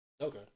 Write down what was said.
Okay